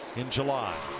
in july.